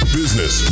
business